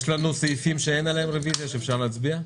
לנו סעיפים שאין עליהם רוויזיה, שאפשר להצביע?